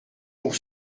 pour